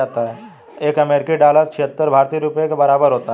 एक अमेरिकी डॉलर छिहत्तर भारतीय रुपये के बराबर होता है